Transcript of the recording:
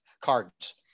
cards